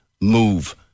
move